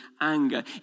anger